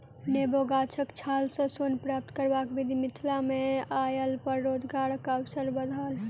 नेबो गाछक छाल सॅ सोन प्राप्त करबाक विधि मिथिला मे अयलापर रोजगारक अवसर बढ़त